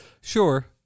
Sure